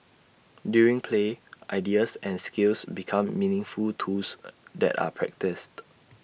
during play ideas and skills become meaningful tools that are practised